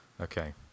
Okay